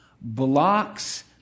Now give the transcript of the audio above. blocks